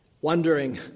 Wondering